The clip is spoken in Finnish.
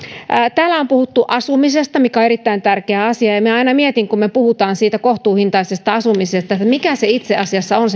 täällä on puhuttu asumisesta mikä on erittäin tärkeä asia ja minä aina mietin kun me puhumme kohtuuhintaisesta asumisesta että mikä se kohtuuhintainen asuminen itse asiassa on